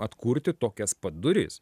atkurti tokias pat duris